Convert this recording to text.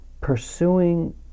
pursuing